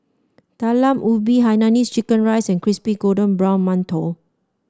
Talam Ubi Hainanese Chicken Rice and Crispy Golden Brown Mantou